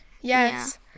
Yes